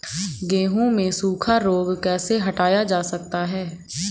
गेहूँ से सूखा रोग कैसे हटाया जा सकता है?